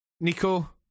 nico